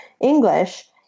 English